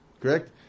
correct